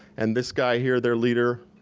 and this guy here, their leader,